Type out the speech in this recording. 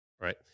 right